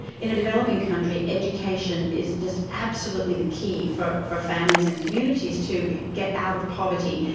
in a developing country, education is just absolutely the key for for families and communities to get out of poverty.